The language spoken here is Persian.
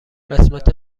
قسمت